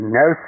no